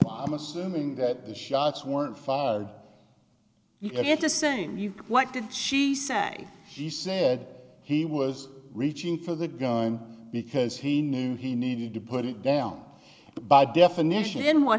d i'm assuming that the shots were fired even if the same you what did she say she said he was reaching for the gun because he knew he needed to put it down by definition what